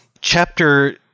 Chapter